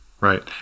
Right